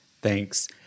Thanks